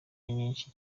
nyinshi